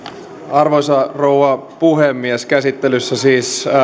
arvoisa rouva puhemies käsittelyssä siis